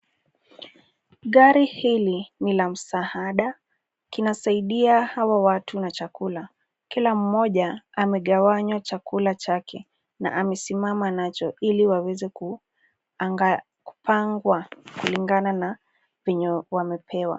Gari hili ni la msaada kinasaidia hawa watu na chakula, kila mmoja amegawanya chakula chake na amesimama nacho ili waweze kupangwa kulingana na venye wamepewa.